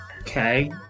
Okay